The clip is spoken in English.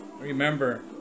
Remember